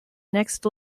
next